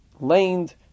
laned